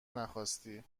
نخواستی